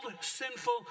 sinful